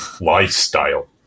lifestyle